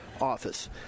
office